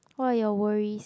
what are your worries